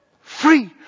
free